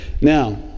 Now